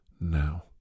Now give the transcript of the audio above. now